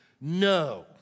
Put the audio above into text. No